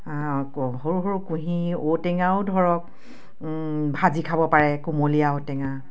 সৰু সৰু কুঁহি ঔটেঙাও ধৰক ভাজি খাব পাৰে কোমলীয়া ঔটেঙা